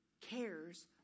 cares